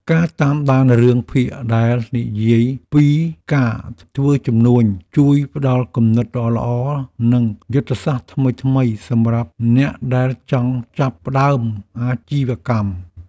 ការតាមដានរឿងភាគដែលនិយាយពីការធ្វើជំនួញជួយផ្ដល់គំនិតល្អៗនិងយុទ្ធសាស្ត្រថ្មីៗសម្រាប់អ្នកដែលចង់ចាប់ផ្ដើមអាជីវកម្ម។